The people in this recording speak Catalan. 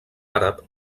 àrab